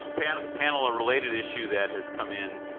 panel panel a related issue that has come in,